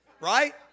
Right